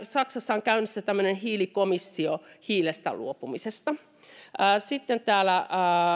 saksassa on käynnissä hiilikomissio hiilestä luopumisesta sitten täällä